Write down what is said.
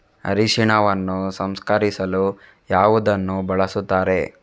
ಅರಿಶಿನವನ್ನು ಸಂಸ್ಕರಿಸಲು ಯಾವುದನ್ನು ಬಳಸುತ್ತಾರೆ?